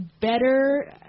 better